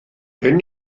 hyn